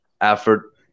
effort